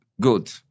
good